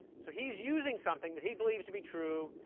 so he's using something that he believes to be true.